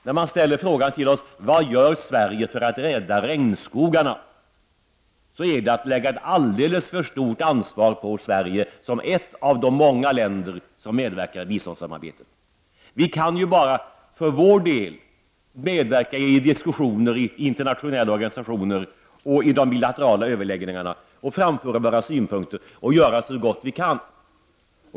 När man frågar vad Sverige gör för att rädda regnskogarna, är det att lägga ett alldeles för stort ansvar på Sverige, som bara är ett av de många länder som medverkar i biståndsarbetet. Vi kan ju bara för vår del medverka i diskussioner i internationella organisationer och vid de bilaterala överläggningarna och då framföra våra synpunkter. Vi får då göra så gott vi kan.